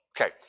Okay